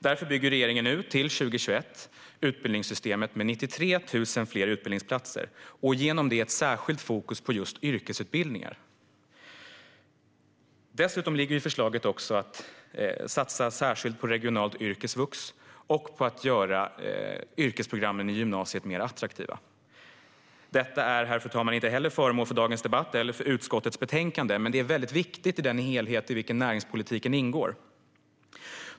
Därför bygger nu regeringen till 2021 ut utbildningssystemet med 93 000 fler utbildningsplatser med ett särskilt fokus på yrkesutbildningar. Dessutom ligger i förslaget att satsa särskilt på regionalt yrkesvux och på att göra yrkesprogrammen i gymnasiet mer attraktiva. Detta är, herr talman, inte föremål för dagens debatt eller för utskottets betänkande, men det är väldigt viktigt i den helhet i vilken näringspolitiken ingår.